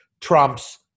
Trump's